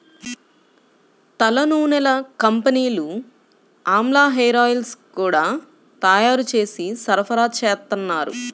తలనూనెల కంపెనీలు ఆమ్లా హేరాయిల్స్ గూడా తయ్యారు జేసి సరఫరాచేత్తన్నారు